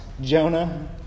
Jonah